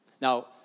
Now